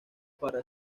para